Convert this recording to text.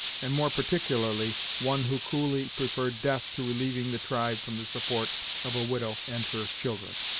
and more particularly one who coolly preferred death to relieving the tribe from the support of a widow and her children.